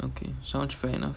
okay sounds fair enough